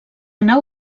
nau